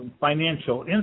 financial